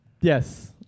Yes